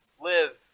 live